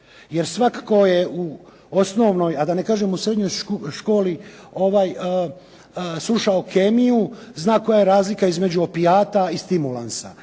Jer svatko u osnovnoj a da ne kažem u srednjoj školi slušao kemiju, zna koja je razlika između opijata i stimulansa